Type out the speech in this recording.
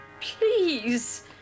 please